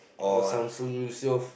you know Shamsul-Yussof